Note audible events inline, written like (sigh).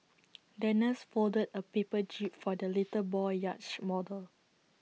(noise) the nurse folded A paper jib for the little boy's yacht model